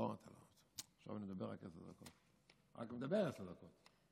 לא, עכשיו אני מדבר רק עשר דקות, מדבר עשר דקות.